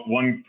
one